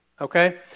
okay